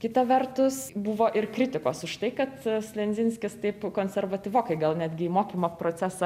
kita vertus buvo ir kritikos už tai kad slendzinskis taip konservatyvokai gal netgi į mokymo procesą